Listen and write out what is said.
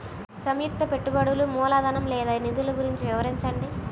సంయుక్త పెట్టుబడులు మూలధనం లేదా నిధులు గురించి వివరించండి?